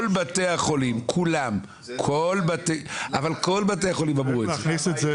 כל בתי החולים כולם אמרו את זה.